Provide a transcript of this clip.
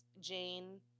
Jane